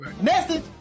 Message